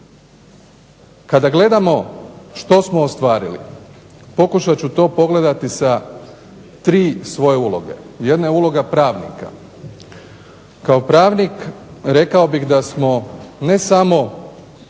Kada gledamo što smo ostvarili pokušat ću to pogledati sa tri svoje uloge. Jedna je uloga pravnika. Kao pravnik rekao bih da smo ne samo